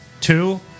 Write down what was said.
Two